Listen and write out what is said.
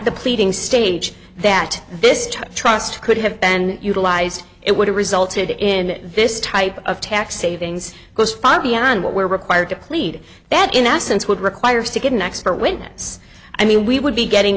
the pleading stage that this trust could have been utilized it would have resulted in this type of tax savings goes far beyond what we're required to plead that in essence would require us to get an expert witness i mean we would be getting